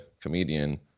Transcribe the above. comedian